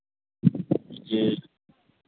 जी